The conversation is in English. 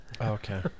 Okay